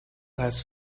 has